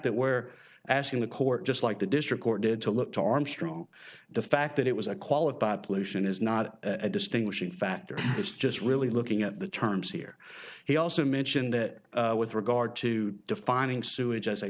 that we're asking the court just like the district court did to look to armstrong the fact that it was a quality pollution is not a distinguishing factor it's just really looking at the terms here he also mentioned that with regard to defining sewage as a